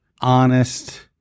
honest